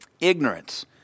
Ignorance